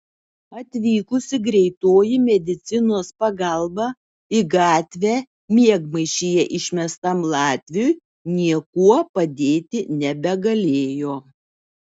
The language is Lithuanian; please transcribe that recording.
atvykusi greitoji medicinos pagalba į gatvę miegmaišyje išmestam latviui niekuo padėti nebegalėjo